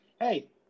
Hey